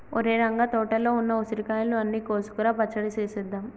ఒరేయ్ రంగ తోటలో ఉన్న ఉసిరికాయలు అన్ని కోసుకురా పచ్చడి సేసేద్దాం